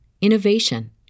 innovation